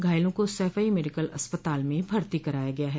घायलों को सैफई मेडिकल अस्पताल में भर्ती कराया गया है